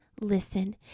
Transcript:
listen